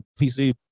PC